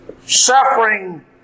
suffering